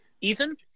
Ethan